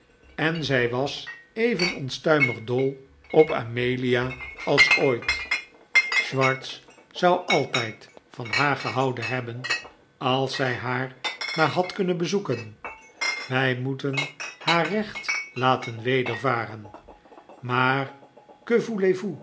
en zij was even onstuimig dol op amelia als ooit swartz zou altijd van haar gehouden hebben als zij haar maar had kunnen bezoeken wij moeten haar recht laten wedervaren maar que voulez